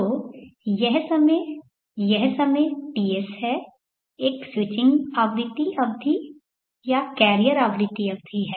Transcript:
तो यह समय यह समय Ts है एक स्विचिंग आवृत्ति अवधि या कैरियर आवृत्ति अवधि है